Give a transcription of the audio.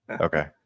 Okay